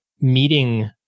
meeting